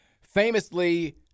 famously